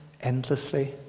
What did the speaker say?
endlessly